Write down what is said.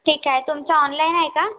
ठीक आहे तुमचं ऑनलाईन आहे का